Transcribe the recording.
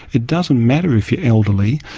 it doesn't matter if you're elderly,